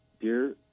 dear